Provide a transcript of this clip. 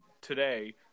today